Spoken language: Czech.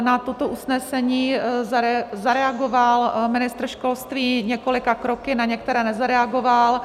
Na toto usnesení zareagoval ministr školství několika kroky, na některé nezareagoval.